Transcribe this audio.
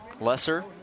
Lesser